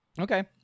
Okay